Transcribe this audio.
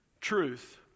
truth